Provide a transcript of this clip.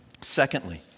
Secondly